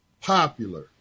popular